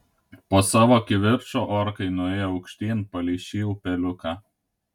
po savo kivirčo orkai nuėjo aukštyn palei šį upeliuką